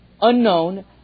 unknown